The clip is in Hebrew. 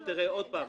האם זה חוקי.